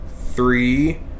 three